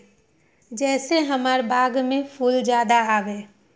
जे से हमार बाग में फुल ज्यादा आवे?